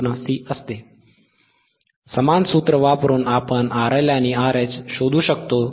समान सूत्र वापरून आपण RLआणि RH शोधू शकतो